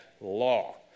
law